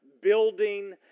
building